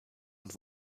und